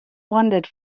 wandered